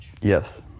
Yes